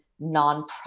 nonprofit